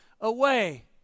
away